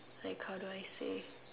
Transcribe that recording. like how do I say